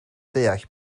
deall